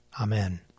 Amen